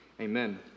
Amen